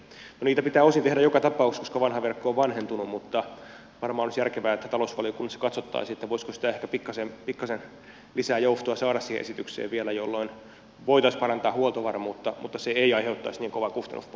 no niitä pitää osin tehdä joka tapauksessa koska vanha verkko on vanhentunut mutta varmaan olisi järkevää että talousvaliokunnassa katsottaisiin voisiko ehkä pikkasen lisää joustoa saada siihen esitykseen vielä jolloin voitaisiin parantaa huoltovarmuutta mutta se ei aiheuttaisi niin kovaa kustannuspainetta siirtomaksuihin